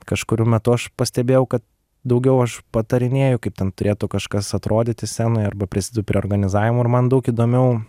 kažkuriu metu aš pastebėjau kad daugiau aš patarinėju kaip ten turėtų kažkas atrodyti scenoj arba prisidedu prie organizavimo ir man daug įdomiau